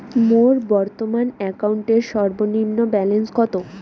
মোর বর্তমান অ্যাকাউন্টের সর্বনিম্ন ব্যালেন্স কত?